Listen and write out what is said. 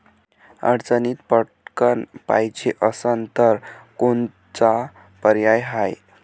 अडचणीत पटकण पायजे असन तर कोनचा पर्याय हाय?